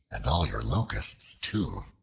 and all your locusts too!